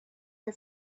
her